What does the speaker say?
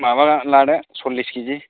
माबा लादो सल्लिस केजि